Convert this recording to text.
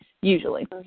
usually